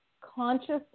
consciously